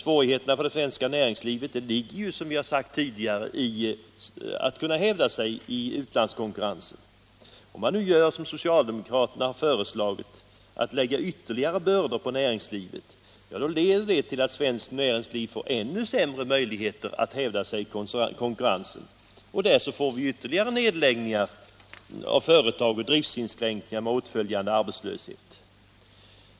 Problemet för det svenska näringslivet ligger ju, som vi har sagt tidigare, i svårigheterna att hävda sig gentemot utlandskonkurrensen. Om man nu gör som socialdemokraterna föreslagit, dvs. lägger ytterligare bördor på näringslivet — ja, då leder det till att svenskt näringsliv får ännu sämre möjligheter att hävda sig i konkurrensen. Därmed får vi ytterligare nedläggningar av företag och driftsinskränkningar med åtföljande arbetslöshet.